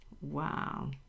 Wow